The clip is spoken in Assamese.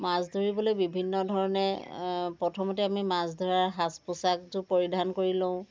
মাছ ধৰিবলৈ বিভিন্ন ধৰণে প্ৰথমতে মাছ ধৰাৰ সাজ পোছাকযোৰ পৰিধান কৰি লওঁ